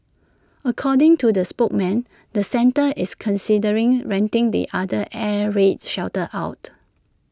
according to the spokesman the centre is considering renting the other air raid shelter out